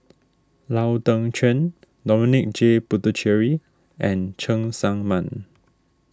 Lau Teng Chuan Dominic J Puthucheary and Cheng Tsang Man